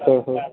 हो हो